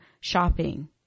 shopping